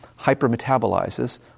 hypermetabolizes